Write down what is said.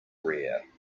rare